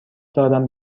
دارم